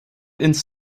ins